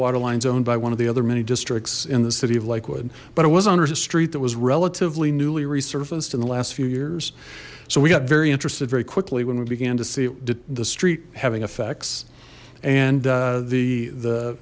water lines owned by one of the other many districts in the city of lakewood but it was on a street that was relatively newly resurfaced in the last few years so we got very interested very quickly when we began to see the street having effects and the the